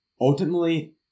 ultimately